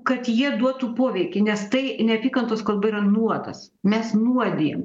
kad jie duotų poveikį nes tai neapykantos kalba yra nuodas mes nuodijam